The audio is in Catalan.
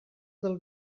del